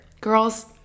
Girls